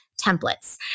templates